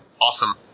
awesome